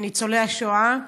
ניצולי השואה,